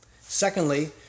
Secondly